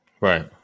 Right